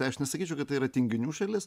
tai aš nesakyčiau kad tai yra tinginių šalis